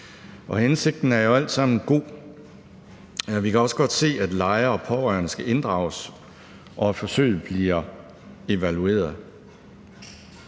hensigten er jo alt sammen god. Vi kan også godt se, at lejere og pårørende skal inddrages, og at forsøget bliver evalueret.